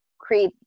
create